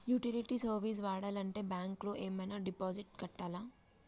Utility service వాడాలంటే bank లో ఏమైనా డిపాజిట్ కట్టాలా?